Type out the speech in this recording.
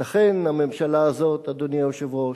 ולכן הממשלה הזאת, אדוני היושב-ראש,